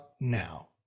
now